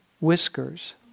Whiskers